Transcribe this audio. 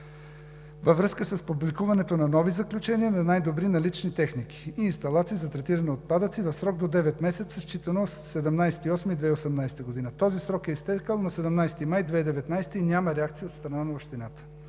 във връзка с публикуването на нови заключения на най-добри налични техники и инсталации за третиране на отпадъци в срок до девет месеца, считано от 17 август 2018 г. Този срок е изтекъл на 17 май 2019 г. и няма реакция от страна на Общината.